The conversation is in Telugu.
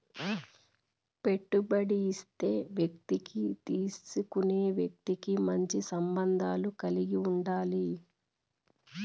పెట్టుబడి ఇచ్చే వ్యక్తికి తీసుకునే వ్యక్తి మంచి సంబంధాలు కలిగి ఉండాలి